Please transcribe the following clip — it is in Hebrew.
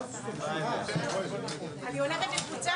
ננעלה בשעה